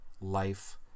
life